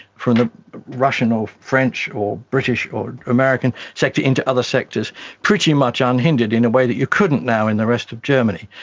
from the russian or french or british or american sector into other sectors pretty much unhindered in a way that you couldn't now in the rest of germany.